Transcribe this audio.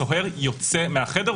הסוהר יוצא מהחדר.